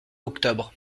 octobre